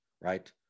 right